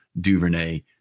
DuVernay